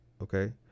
Okay